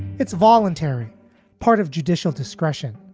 its voluntary part of judicial discretion.